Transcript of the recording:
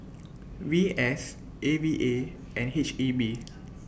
V S A V A and H E B